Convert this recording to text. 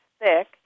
thick